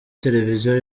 televiziyo